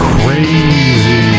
crazy